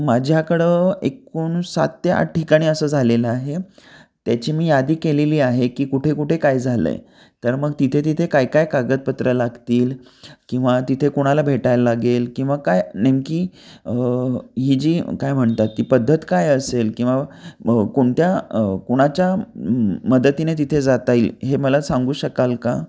माझ्याकडं एकूण सात ते आठ ठिकाणी असं झालेलं आहे त्याची मी यादी केलेली आहे की कुठे कुठे काय झालं आहे तर मग तिथे तिथे काय काय कागदपत्र लागतील किंवा तिथे कोणाला भेटायला लागेल किंवा काय नेमकी ही जी काय म्हणतात ती पद्धत काय असेल किंवा कोणत्या कुणाच्या मदतीने तिथे जाता येईल हे मला सांगू शकाल का